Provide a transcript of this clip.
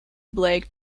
blake